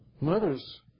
Mothers